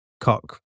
Cock